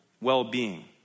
well-being